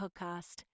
podcast